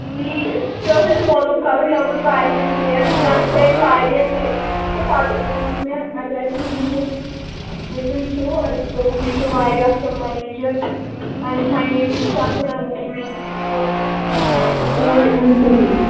تی تہِ اوس اَسہِ مولوٗم کَرُن واریاہن شیٚیَن نَتہٕ چھِ اَتہِ واریاہ تہِ تہٕ پَتہٕ بوٗز مےٚ اَتہِ آے تُہٕنٛدِس ییٚتہِ تُہۍ چھُوٕ اَتہِ دوٚپُکھ یہِ چھُ واریاہ اَصٕل منیجَر تَمیُک منیجرٕے چھِ اَصٕل اَمہِ موٗجوٗبَن کوٚر پَتہٕ مےٚ اوٗرۍ یُن صحیح